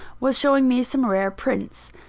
was showing me some rare prints.